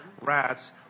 Rats